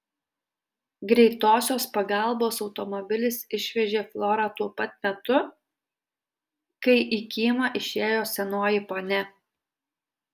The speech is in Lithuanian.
greitosios pagalbos automobilis išvežė florą tuo pat metu kai į kiemą išėjo senoji ponia